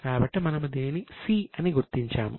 కాబట్టి మనము దీనిని 'C' అని గుర్తించాము